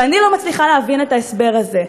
ואני לא מצליחה להבין את ההסבר לזה.